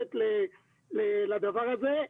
מיועדת לדבר הזה,